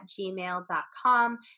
gmail.com